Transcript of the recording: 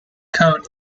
coat